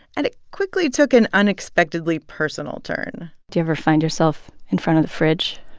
and it quickly took an unexpectedly personal turn do you ever find yourself in front of the fridge,